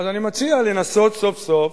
אז אני מציע לנסות סוף-סוף